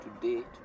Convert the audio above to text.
today